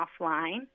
offline